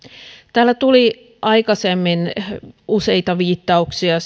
täällä tuli aikaisemmin useita viittauksia